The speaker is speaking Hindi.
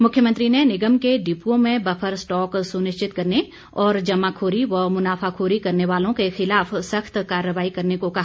मुख्यमंत्री ने निगम के डिपुओं में बफर स्टॉक सुनिश्चित करने और जमाखोरी व मुनाफाखोरी करने वालों के खिलाफ सख्त कार्रवाई करने को कहा